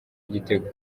igitego